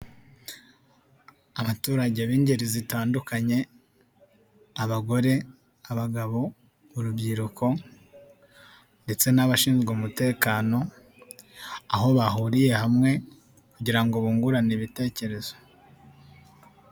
Abaturage b'ingeri zitandukanye, abagore, abagabo, urubyiruko ndetse n'abashinzwe umutekano, aho bahuriye hamwe kugira ngo bungurane ibitekerezo.